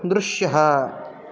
दृश्यः